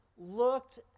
looked